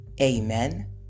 amen